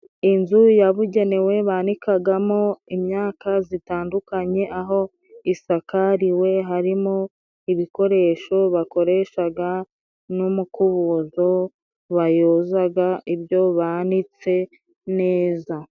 Inzu yabugenewe banikagamo imyaka zitandukanye, aho isakariwe harimo ibikoresho bakoreshaga, n'umukuzo bayozaga ibyo banitse neza.